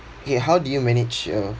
okay how do you manage your